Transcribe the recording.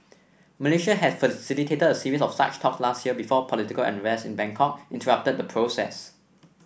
Malaysia has facilitated a series of such talks last year before political unrest in Bangkok interrupted the process